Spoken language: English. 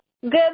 Good